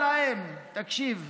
תקשיב.